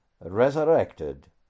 resurrected